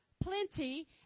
plenty